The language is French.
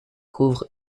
couvre